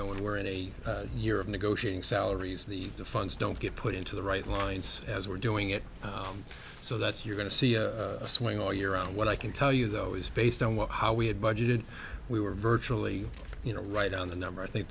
know when we're in a year of negotiating salaries the funds don't get put into the right lines as we're doing it so that you're going to see a swing all year around what i can tell you though is based on what how we had budgeted we were virtually you know right on the number i think